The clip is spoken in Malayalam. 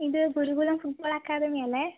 ഇത് ഗുരുകുലം ഫുട്ബോൾ അക്കാഡമിയല്ലേ